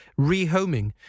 rehoming